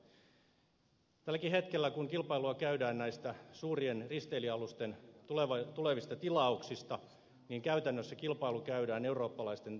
tälläkin hetkellä kun kilpailua käydään näistä suurien risteilyalusten tulevista tilauksista niin käytännössä kilpailu käydään eurooppalaisten telakoiden välillä